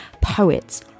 poets